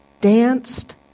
danced